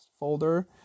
Folder